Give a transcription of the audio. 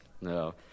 no